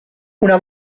una